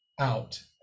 out